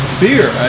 beer